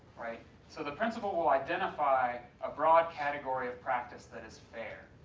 so the principle will identify a broad category of practice that is fair,